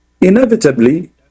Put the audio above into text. Inevitably